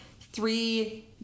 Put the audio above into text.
three